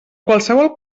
qualsevol